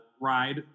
ride